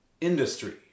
industry